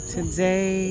Today